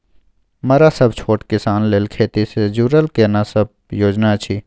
मरा सब छोट किसान लेल खेती से जुरल केना सब योजना अछि?